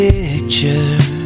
Picture